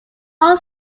all